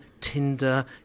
Tinder